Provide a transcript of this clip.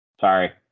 Sorry